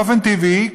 באופן טבעי,